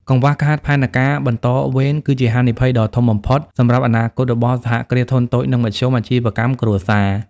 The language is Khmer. កង្វះខាតផែនការបន្តវេន គឺជាហានិភ័យដ៏ធំបំផុតសម្រាប់អនាគតរបស់ សហគ្រាសធុនតូច និងមធ្យម អាជីវកម្មគ្រួសារ។